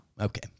Okay